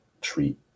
treat